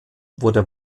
wurde